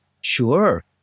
Sure